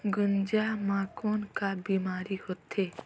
गुनजा मा कौन का बीमारी होथे?